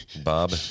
Bob